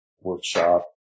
workshop